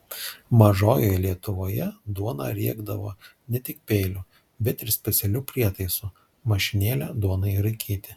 mažojoje lietuvoje duoną riekdavo ne tik peiliu bet ir specialiu prietaisu mašinėle duonai raikyti